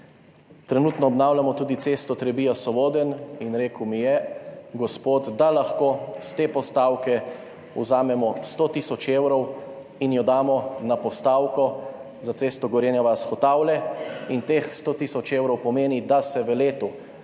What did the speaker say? Trenutno obnavljamo tudi cesto Trebija–Sovodenj in gospod mi je rekel, da lahko s te postavke vzamemo 100 tisoč evrov in jo damo na postavko za cesto Gorenja vas–Hotavlje. Teh 100 tisoč evrov pomeni, da se v letu